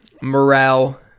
Morale